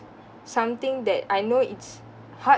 something that I know it's hard